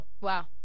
Wow